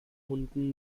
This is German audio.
hunden